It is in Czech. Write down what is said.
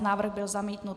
Návrh byl zamítnut.